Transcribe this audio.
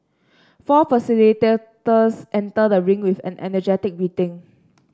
four facilitators enter the ring with an energetic greeting